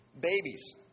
babies